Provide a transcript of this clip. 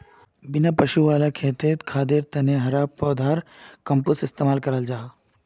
बिना पशु वाला खेतित खादर तने हरा पौधार कम्पोस्ट इस्तेमाल कराल जाहा